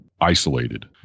isolated